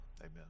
Amen